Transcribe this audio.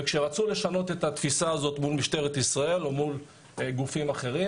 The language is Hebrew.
וכשרצו לשנות את התפיסה הזאת מול משטרת ישראל או מול גופים אחרים,